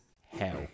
hell